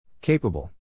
Capable